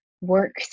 work